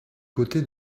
côté